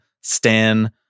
stan